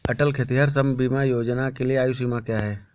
अटल खेतिहर श्रम बीमा योजना के लिए आयु सीमा क्या है?